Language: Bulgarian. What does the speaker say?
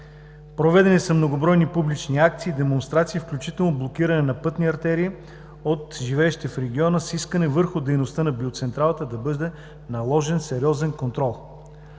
Проведени са многобройни публични акции, демонстрации, включително блокиране на пътни артерии от живеещите в региона, с искане върху дейността на биоцентралата да бъде наложен сериозен контрол.